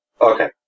Okay